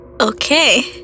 Okay